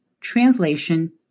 translation